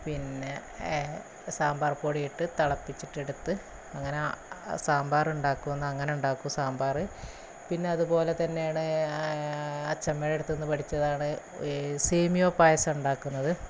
പിന്നെ സാമ്പാര്പ്പൊടിയിട്ട് തിളപ്പിച്ചിട്ടെടുത്ത് അങ്ങനെ സാമ്പാര് ഉണ്ടാക്കൂന്ന് അങ്ങനുണ്ടാക്കും സാമ്പാറ് പിന്നതുപോലെ തന്നെയണ് അച്ചമ്മേടടുത്തൂന്ന് പഠിച്ചതാണ് ഈ സേമിയോ പായസം ഉണ്ടാക്കുന്നത്